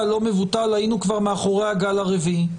לא מבוטל היינו כבר אחרי הגל הרביעי.